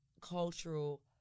cultural